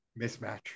Mismatch